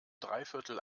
dreiviertel